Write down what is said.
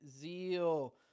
Zeal